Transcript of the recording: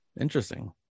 Interesting